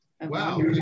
Wow